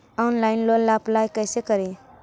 Online loan ला apply कैसे करी?